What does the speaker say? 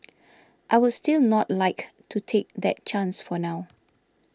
I would still not like to take that chance for now